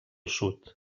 sud